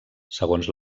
segons